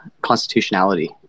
Constitutionality